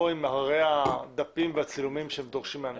עם הרי דפים וצילומים שדורשים מאנשים.